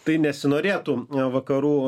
tai nesinorėtų vakarų